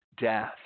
death